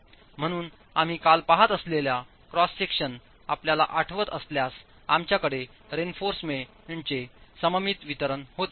म्हणून आम्ही काल पाहत असलेला क्रॉस सेक्शन आपल्याला आठवत असल्यास आमच्याकडे रेइन्फॉर्समेंटचे सममित वितरण होते